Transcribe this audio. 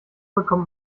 bekommt